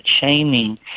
shaming